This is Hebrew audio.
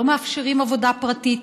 לא מאפשרים עבודה פרטית.